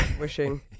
wishing